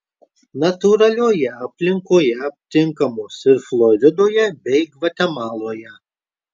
natūralioje aplinkoje aptinkamos ir floridoje bei gvatemaloje